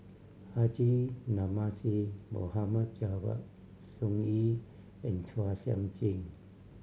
Haji Namazie Mohd Javad Sun Yee and Chua Sian Chin